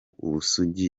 ubusugi